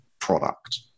product